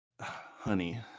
honey